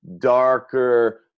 darker